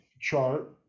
chart